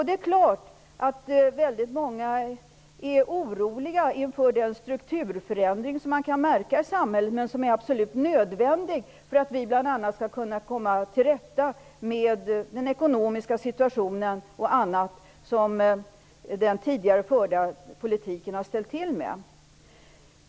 Det är klart att många är oroliga för den strukturförändring som man kan märka i samhället. Den är dock nödvändig för att vi bl.a. skall komma till rätta med den ekonomiska situationen och annat som den tidigare förda politiken har ställt till med.